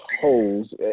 holes